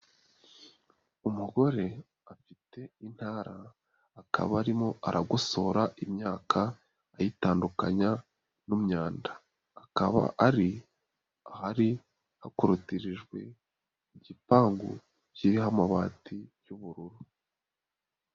Umugore afite intara, akaba arimo aragosora imyaka, ayitandukanya n'imyanda akaba ari, ahari hakorotirijwe igipangu kiriho amabati y'ubururu.